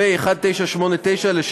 פ/1989/20,